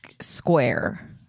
square